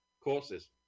courses